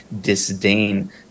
disdain